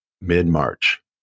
mid-March